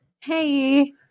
Hey